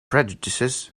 prejudices